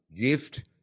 gift